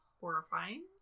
horrifying